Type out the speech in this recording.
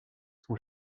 son